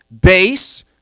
base